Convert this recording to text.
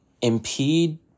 impede